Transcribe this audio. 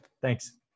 Thanks